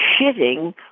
shitting